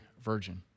virgin